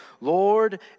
Lord